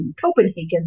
Copenhagen